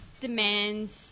demands